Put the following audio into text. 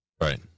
Right